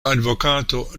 advokato